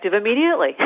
immediately